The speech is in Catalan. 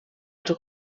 els